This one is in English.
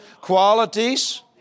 qualities